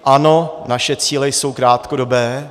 Ano, naše cíle jsou krátkodobé.